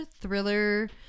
thriller